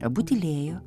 abu tylėjo